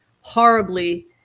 horribly